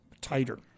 tighter—